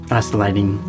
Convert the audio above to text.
isolating